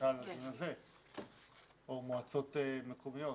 למשל מועצות מקומיות.